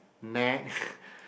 nag